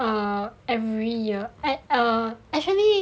err every year err actually